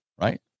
right